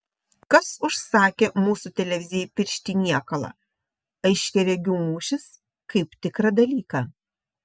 kas užsakė mūsų televizijai piršti niekalą aiškiaregių mūšis kaip tikrą dalyką